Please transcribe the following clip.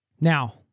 Now